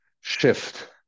shift